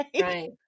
Right